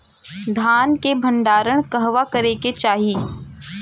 धान के भण्डारण कहवा करे के चाही?